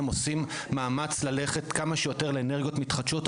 הם עושים מאמץ ללכת כמה שיותר לאנרגיות מתחדשות,